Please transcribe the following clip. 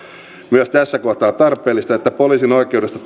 myös tässä kohtaa on tarpeellista että poliisin oikeudesta